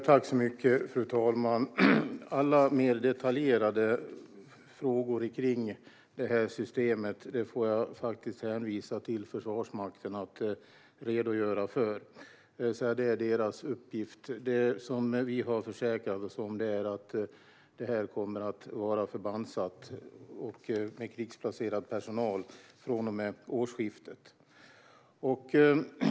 Fru talman! Alla mer detaljerade frågor om systemet får jag hänvisa till Försvarsmakten att redogöra för. Det är deras uppgift. Det vi har att försäkra oss om är att det kommer att vara förbandssatt med krigsplacerad personal från och med årsskiftet.